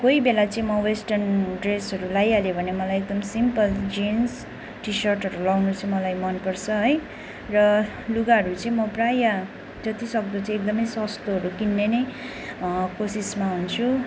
कोही बेला चाहिँ म वेस्टर्न ड्रेसहरू लाइहाल्यो भने मलाई एकदम सिम्पल जिन्स टी सर्टहरू लाउनु चाहिँ मलाई मनपर्छ है र लुगाहरू चाहिँ म प्राय जतिसक्दो चाहिँ एकदमै सस्तोहरू किन्ने नै कोसिसमा हुन्छु